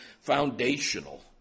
foundational